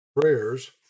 prayers